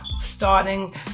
starting